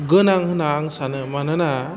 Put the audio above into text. गोनां होना आं सानो मानोना